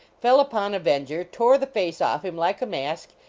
fell upon aven ger, tore the face off him like a mask,